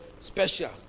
special